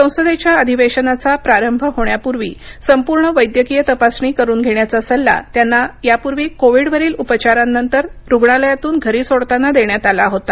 संसदेच्या अधिवेशनाचा प्रारंभ होण्यापूर्वी संपूर्ण वैद्यकीय तपासणी करून घेण्याचा सल्ला त्यांना यापूर्वी कोविड वरील उपचारानंतर रुग्णालयातून घरी सोडताना देण्यात आला होता